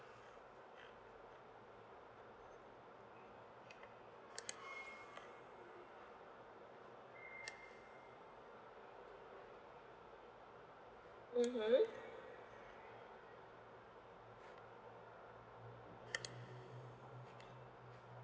mmhmm